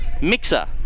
Mixer